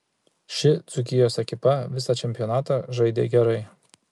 ši dzūkijos ekipa visą čempionatą žaidė gerai